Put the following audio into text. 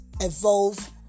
evolve